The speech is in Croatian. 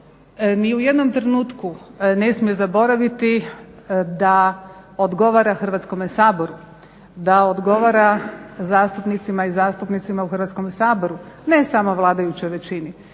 ni u jednom trenutku ne smije zaboraviti da odgovara Hrvatskome saboru, da odgovara zastupnicima i zastupnicama u Hrvatskome saboru, ne samo vladajućoj većini